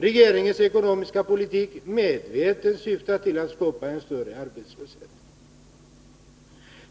Regeringens ekonomiska politik syftar medvetet till att skapa en större arbetslöshet.